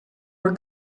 were